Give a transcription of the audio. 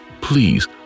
please